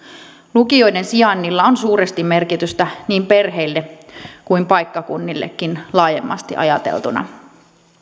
lukioiden sijainnilla on suuresti merkitystä niin perheille kuin paikkakunnillekin laajemmasti ajateltuna